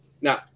Now